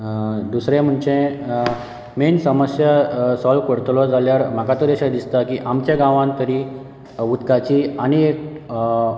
दुसरें म्हणजे मेन समस्या सॉल्व करतलो जाल्यार म्हाका तरी अशें दिसता की आमच्या गांवांत तरी उदकाची आनी एक